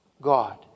God